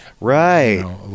Right